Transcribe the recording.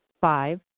five